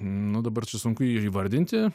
nu dabar čia sunku ir įvardinti